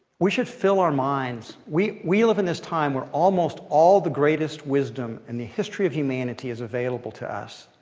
we should fill our minds we we live in this time where almost all the greatest wisdom in the history of humanity is available to us.